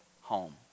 home